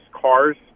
cars